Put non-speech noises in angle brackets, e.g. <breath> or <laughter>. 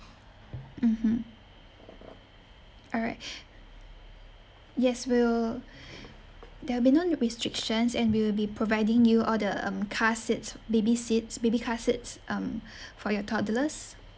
mmhmm all right <breath> yes we'll there'll be no restrictions and we will be providing you all the um car seats baby seats baby car seats um for your toddlers